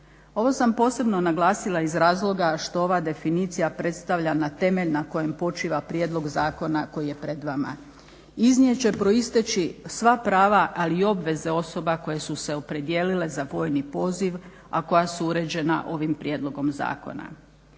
Ovo sam posebno naglasila iz razloga što ova definicija predstavlja, na temelj na kojem počiva prijedlog zakona koji je pred vama. Iz nje će proistječi sva prava, ali i obveze osoba koje su se opredijelile za vojni poziv, a koja su uređena ovi prijedlogom zakona.